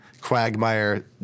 quagmire